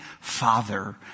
father